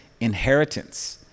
inheritance